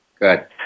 Good